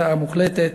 הפתעה מוחלטת,